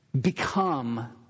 become